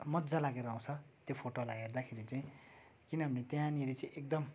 मजा लागेर आउँछ त्यो फोटोलाई हेर्दाखेरि चाहिँ किनभने त्यहाँनेर चाहिँ एकदम